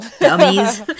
dummies